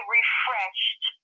refreshed